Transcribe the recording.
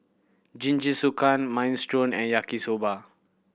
Jingisukan Minestrone and Yaki Soba